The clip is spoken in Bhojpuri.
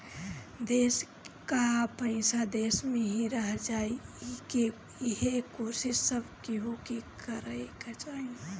देस कअ पईसा देस में ही रह जाए इहे कोशिश सब केहू के करे के चाही